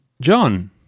John